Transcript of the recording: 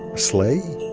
sleigh